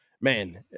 man